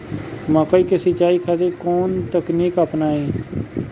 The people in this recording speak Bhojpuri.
मकई के सिंचाई खातिर कवन तकनीक अपनाई?